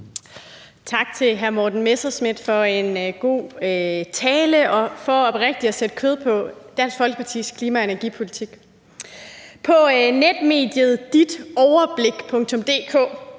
Tak til hr. Morten Messerschmidt for en god tale og for oprigtigt at sætte kød på Dansk Folkepartis klima- og energipolitik.